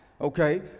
okay